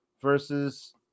versus